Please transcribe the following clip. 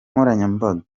nkoranyambaga